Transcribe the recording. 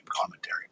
commentary